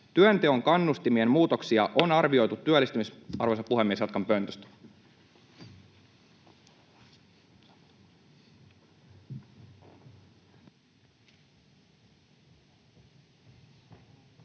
”Työnteon kannustimien muutoksia on arvioitu työllistymisveroasteen kautta. Muutosten